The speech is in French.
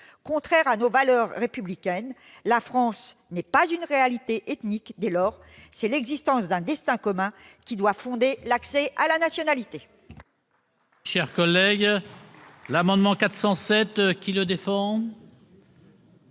contraire à nos valeurs républicaines. La France n'est pas une réalité ethnique. C'est l'existence d'un destin commun qui doit fonder l'accès à la nationalité.